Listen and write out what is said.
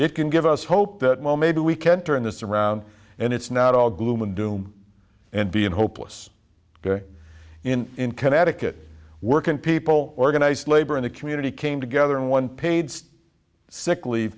it can give us hope that mo maybe we can turn this around and it's not all gloom and doom and being hopeless in connecticut working people organized labor and a community came together in one paid sick